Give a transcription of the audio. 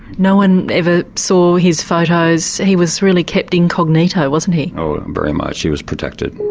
no one ever saw his photos, he was really kept incognito wasn't he? oh very much, he was protected.